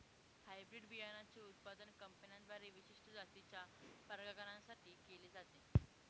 hybrid बियाणांचे उत्पादन कंपन्यांद्वारे विशिष्ट जातीच्या परागकणां साठी केले जाते